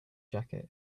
jacket